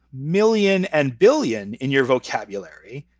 million and billion, in your vocabulary,